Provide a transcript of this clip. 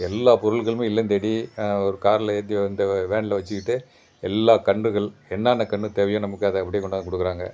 எல்லா பொருட்களுமே இல்லம் தேடி ஒரு காரில் ஏற்றி வந்து வேனில் வெச்சுக்கிட்டு எல்லா கன்றுகள் என்னென்ன கன்று தேவையோ நமக்கு அதை அப்படியே கொண்டாந்து கொடுக்கறாங்க